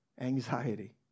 anxiety